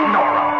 Nora